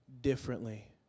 differently